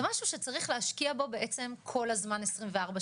זה משהו שבעצם צריך להשקיע בו כל הזמן 24/7,